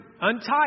untie